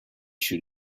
خیلی